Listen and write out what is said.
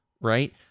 right